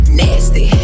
nasty